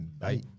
Bye